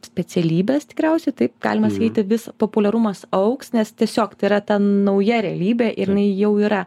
specialybės tikriausiai taip galima sakyti vis populiarumas augs nes tiesiog tai yra ta nauja realybė ir jinai jau yra